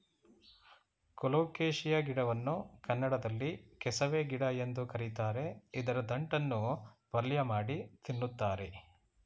colocasia ಗಿಡವನ್ನು ಕನ್ನಡದಲ್ಲಿ ಕೆಸವೆ ಗಿಡ ಎಂದು ಕರಿತಾರೆ ಇದರ ದಂಟನ್ನು ಪಲ್ಯಮಾಡಿ ತಿನ್ನುತ್ತಾರೆ